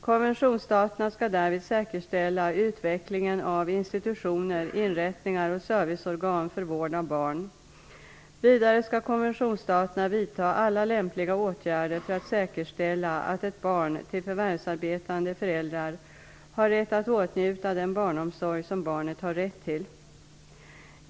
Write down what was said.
Konventionsstaterna skall därvid säkerställa utvecklingen av institutioner, inrättningar och serviceorgan för vård av barn. Vidare skall konventionsstaterna vidta alla lämpliga åtgärder för att säkerställa att ett barn till förvärvsarbetande föräldrar har rätt att åtnjuta den barnomsorg som barnet har rätt till.